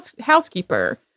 housekeeper